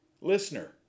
Listener